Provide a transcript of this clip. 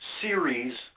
series